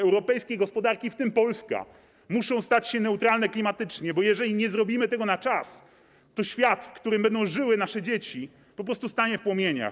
Europejskie gospodarki, w tym gospodarka polska, muszą stać się neutralne klimatycznie, bo jeżeli nie zrobimy tego na czas, to świat, w którym będą żyły nasze dzieci, po prostu stanie w płomieniach.